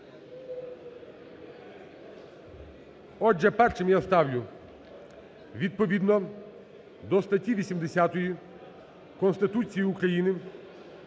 Отже, першим я ставлю, відповідно до статті 80 Конституції України,